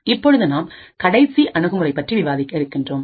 இப்பொழுது நாம் கடைசி அணுகுமுறை பற்றி விவாதிக்க இருக்கின்றோம்